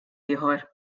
ieħor